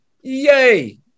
yay